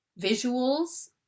visuals